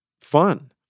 fun